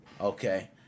okay